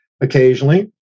occasionally